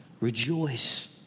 Rejoice